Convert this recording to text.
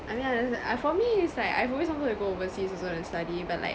I mean I don't understand ah for me is like I've always wanted to go overseas also and study but like